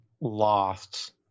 lost